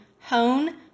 hone